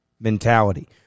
mentality